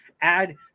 add